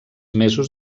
mesos